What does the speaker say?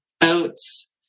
oats